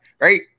right